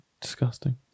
disgusting